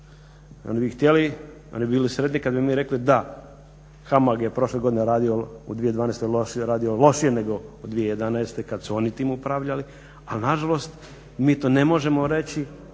Oni bi htjeli oni bi bili sretni kada bi mi rekli da, HAMAG je prošle godine radio u 2012.radio lošije, lošije nego 2011.kada su oni time upravljali ali nažalost mi to ne možemo reći